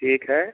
ठीक है